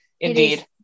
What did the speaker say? Indeed